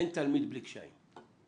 אין תלמיד בלי קשיים.